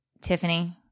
Tiffany